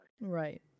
Right